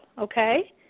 Okay